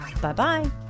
Bye-bye